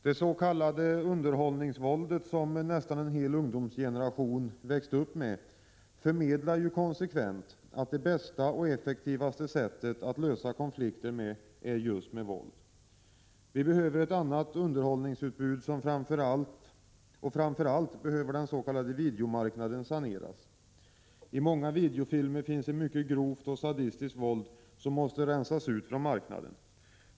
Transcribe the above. Det s.k. underhållningsvåldet, som nästan en hel ungdomsgeneration växt upp med, förmedlar ju konsekvent att det bästa och effektivaste sättet att lösa konflikter är just med våld. Vi behöver ett annat underhållningsutbud, och framför allt behöver den s.k. videomarknaden saneras. I många videofilmer finns mycket grovt och sadistiskt våld, som måste rensas ut från marknaden.